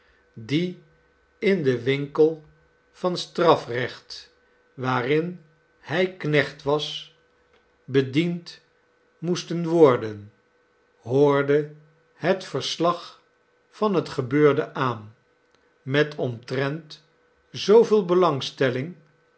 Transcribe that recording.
die in den winkel van strafrecht waarin hij knecht was bediend moesten worden hoorde het verslag van het gebeurde aan met omtrent zooveel belangstelling